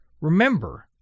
Remember